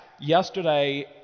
yesterday